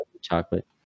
chocolate